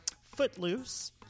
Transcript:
Footloose